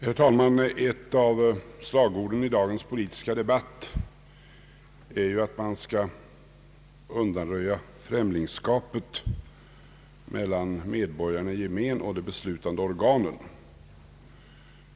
Herr talman! Ett av slagorden i dagens politiska debatt är ju att man skall undanröja främlingskapet mellan medborgarna i gemen och de beslutande organen.